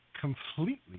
completely